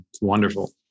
wonderful